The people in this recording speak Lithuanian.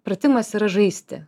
pratimas yra žaisti